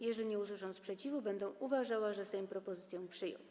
Jeżeli nie usłyszę sprzeciwu, będę uważała, że Sejm propozycje przyjął.